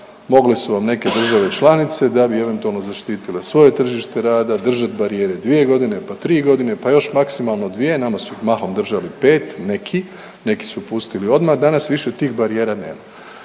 Mogle su vam neke države članice da bi eventualno zaštitile svoje tržište rada držati barijere dvije godine, pa tri godine, pa još maksimalno dvije. Nama su mahom držali pet neki, neki su pustili odmah. Danas više tih barijera nema